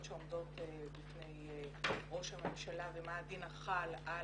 שעומדות בפני ראש הממשלה ומה הדין החל על